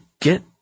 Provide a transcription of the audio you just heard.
get